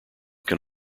can